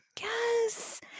Yes